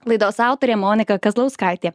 laidos autorė monika kazlauskaitė